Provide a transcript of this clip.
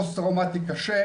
פוסט טראומטי קשה,